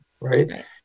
right